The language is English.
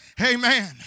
Amen